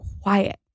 quiet